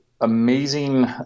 amazing